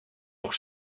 nog